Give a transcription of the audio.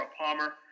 Palmer